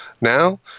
Now